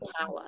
power